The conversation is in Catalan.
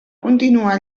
continuar